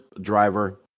driver